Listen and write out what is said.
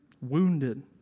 wounded